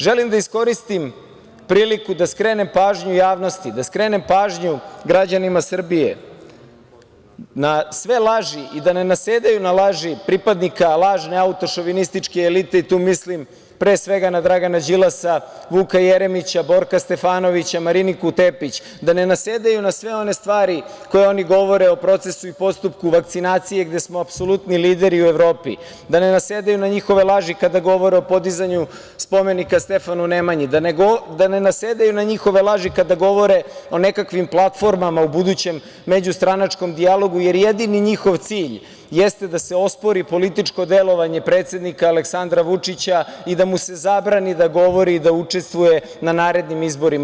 Želim da iskoristim priliku da skrenem pažnju javnosti, da skrenem pažnju građani Srbije na sve laži i da ne nasedaju na laži pripadnika lažne autošovinističke elite, tu mislim pre svega na Dragana Đilasa, Vuka Jeremića, Borka Stefanovića, Mariniku Tepić, da ne nasedaju na sve one stvari koje oni govore o procesu i postupku vakcinacije gde smo apsolutni lideri u Evropi, da ne nasedaju na njihove laži kada govore o podizanju spomenika Stefanu Nemanji, da ne nasedaju na njihove laži kada govore o nekakvim platformama u budućem međustranačkom dijalogu, jer jedini njihov cilj jeste da se ospori političko delovanje predsednika Aleksandra Vučića i da mu se zabrani da govori i da učestvuje na narednim izborima.